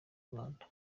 rwanda